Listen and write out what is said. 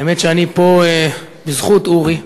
האמת, אני פה בזכות אורי,